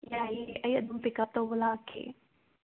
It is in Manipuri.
ꯌꯥꯏꯌꯦ ꯑꯩ ꯑꯗꯨꯝ ꯄꯤꯛ ꯎꯞ ꯇꯧꯕ ꯂꯥꯛꯀꯦ